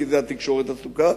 כי בזה התקשורת עסוקה,